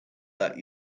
that